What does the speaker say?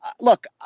Look